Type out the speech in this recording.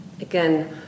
again